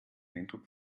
eindruck